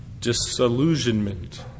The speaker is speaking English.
disillusionment